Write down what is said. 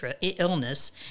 illness